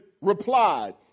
replied